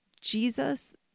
jesus